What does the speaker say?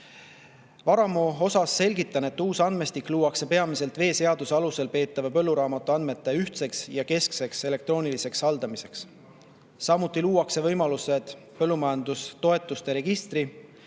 Varamu kohta selgitan, et uus andmestik luuakse peamiselt veeseaduse alusel peetava põlluraamatu andmete ühtseks ja keskseks elektrooniliseks haldamiseks. Samuti luuakse võimalused põllumajandustoetuste registri,